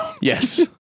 Yes